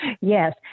Yes